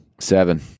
seven